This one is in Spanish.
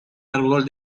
árbol